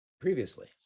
previously